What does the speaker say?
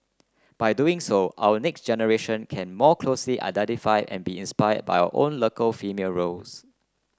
by doing so our next generation can more closely identify and be inspired by our own local female roles